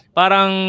parang